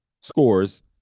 scores